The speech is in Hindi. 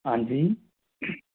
हाँ जी